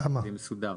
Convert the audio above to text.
שיהיה מסודר.